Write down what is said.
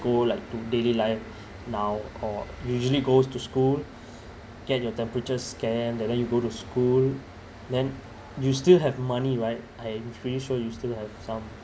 go like to daily life now or usually goes to school get your temperature scanned and then you go to school then you still have money right I'm pretty sure you still have some